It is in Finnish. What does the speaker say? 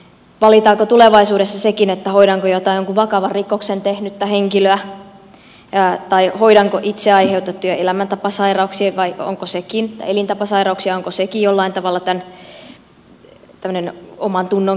valitaanko tulevaisuudessa sekin että hoidanko jotakin jonkin vakavan rikoksen tehnyttä henkilöä tai hoidanko itse aiheutettuja elämäntapasairauksia vai onko sekin jollain tavalla tämmöinen omantunnon kysymys